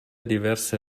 diverse